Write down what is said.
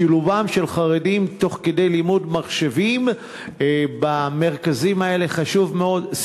שילובם של חרדים תוך כדי לימוד מחשבים במרכזים האלה חשוב מאוד.